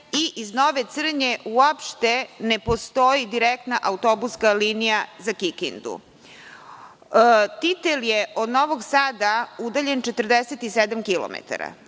i iz Nove Crnje uopšte ne postoji direktna autobuska linija za Kikindu. Titel je od Novog Sada udaljen 47